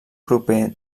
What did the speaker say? proper